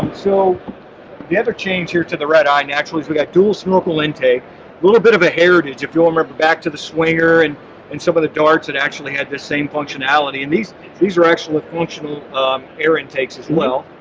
so the other change here to the redeye and actually is we got dual snorkel intake a little bit of a heritage if you'll remember back to the swinger and and some of the darts that actually had the same functionality and these these are actually functional air intakes as well.